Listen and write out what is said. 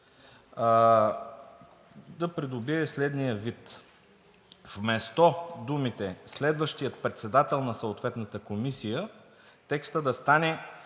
да придобие следния вид: вместо думите „следващия председател на съответната комисия“, текстът да стане